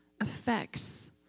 affects